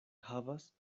havas